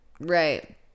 right